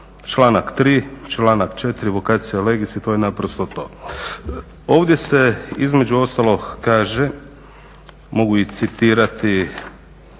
članak 3., članak 4. vokacija legis i to je je naprosto to. Ovdje se između ostalog kaže, mogu i citirati